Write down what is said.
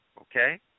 Okay